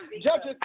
judges